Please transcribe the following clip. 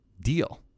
deal